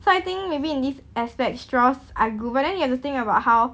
so I think maybe in this aspect straws are good but then you have to think about how